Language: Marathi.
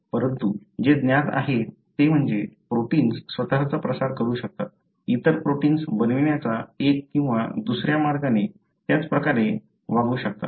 परंतु जे ज्ञात आहे ते म्हणजे प्रोटिन्स स्वतःच प्रसार करू शकतात इतर प्रोटिन्स बनवण्याच्या एक किंवा दुसर्या मार्गाने त्याच प्रकारे वागू शकतात